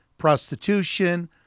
Prostitution